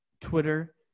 Twitter